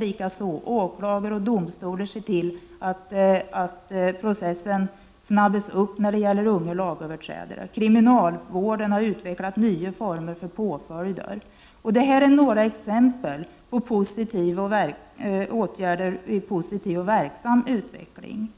Polisen, åklagare och domstolar ser likaså till att processen snabbas upp när det gäller unga lagöverträdare. Inom kriminalvården har man vidareutvecklat nya former av påföljder. Det här är några exempel på en positiv och verksam utveckling.